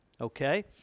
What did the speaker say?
okay